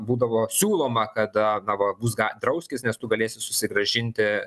būdavo siūloma kad a na va bus ga drauskis nes tu galėsi susigrąžinti